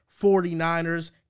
49ers